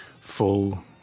Full